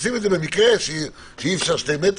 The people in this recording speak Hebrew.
עושים את זה במקרה שאי-אפשר שני מטר,